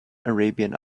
arabian